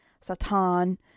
Satan